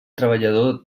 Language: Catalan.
treballador